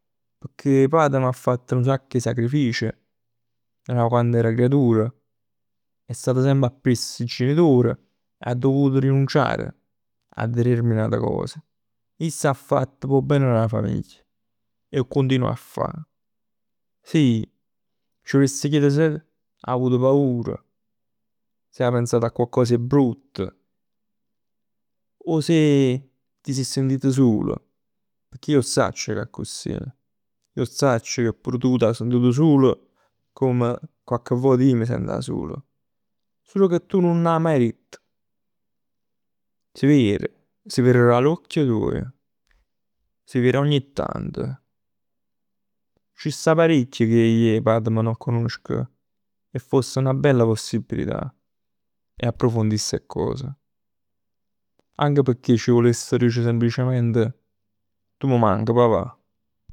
Pecchè patm ha fatto nu sacc 'e sacrifici, da quann era creatur. È stato semp appriess 'e genitor e ha dovuto rinunciare a determinate cose. Iss 'a fatt p' 'o ben d' 'a famiglia. E 'o continua a fa. Sì ci vuless chier se ha avuto paura. Se 'a pensat a coccos 'e brutt. O se ti sì sentit sul. Pecchè ij 'o sacc che è accussì. Ij 'o sacc che pur tu t' 'a sentut sul come cocche vot ij m' sent sul. Sul che tu nun 'a maje ritt. S' ver. S' ver da l'uocchie tuoje. Si ver ogni tant. Ci sta parecchio che ij 'e patm nun conosco. E foss 'na bella possibilità approfondì ste cose. Anche pecchè ci vuless dicere semplicemente. Tu m' manc papà.